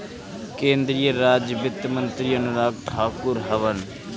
केंद्रीय राज वित्त मंत्री अनुराग ठाकुर हवन